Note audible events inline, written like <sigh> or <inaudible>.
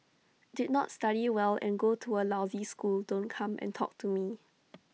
did not study well and go to A lousy school don't come and talk to me <noise>